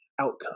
outcome